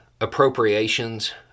appropriations